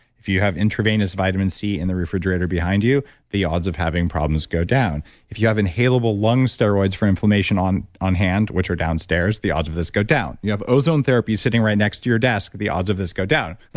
if you have intravenous vitamin c in the refrigerator behind you the odds of having problems go down. if you have inhalable lung steroids for inflammation on on hand which are downstairs, the odds of this go down. you have ozone therapy sitting right next to your desk the odds of this go down.